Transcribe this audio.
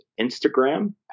Instagram